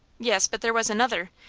yes, but there was another,